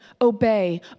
obey